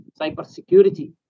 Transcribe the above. cybersecurity